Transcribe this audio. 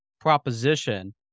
proposition